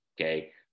Okay